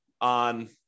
on